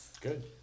Good